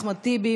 אחמד טיבי,